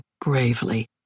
gravely